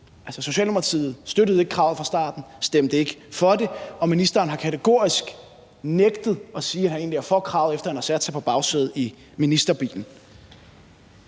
Socialdemokratiet støttede ikke kravet fra starten, stemte ikke for det, og ministeren har kategorisk nægtet at sige, at han egentlig er for kravet, efter han har sat sig på bagsædet af ministerbilerne,